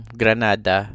granada